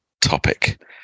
topic